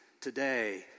today